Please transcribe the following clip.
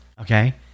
okay